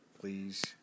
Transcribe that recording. Please